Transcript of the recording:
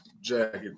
jacket